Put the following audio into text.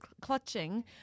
clutching